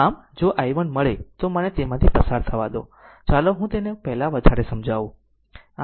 આમ જો i1 મળે તો મને તેમાંથી પસાર થવા દો ચાલો હું તેને પહેલા વધારે સમજાવું